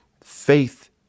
faith